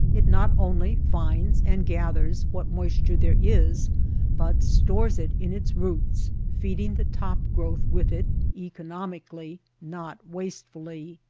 it not only finds and gathers what moisture there is but stores it in its roots, feeding the top growth with it economically, not wastef ully.